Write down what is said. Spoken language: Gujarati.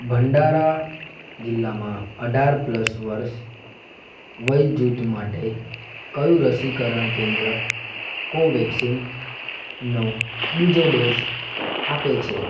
ભંડારા જિલ્લામાં અઢાર પ્લસ વર્ષ વયજૂથ માટે કયું રસીકરણ કેન્દ્ર કોવેક્સિનનો બીજો ડોઝ આપે છે